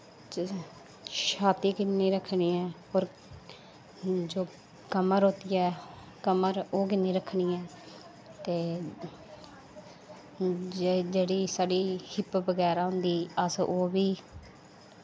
छाती किन्नी रक्खनी ऐ होर जो कमर होंदी ऐ कमर ओह् किन्नी रक्खनी ऐ ते जेह्ड़ी साढ़ी हिप्प बगैरा होंदी ओह् बी